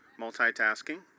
multitasking